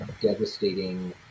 devastating